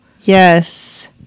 Yes